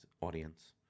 audience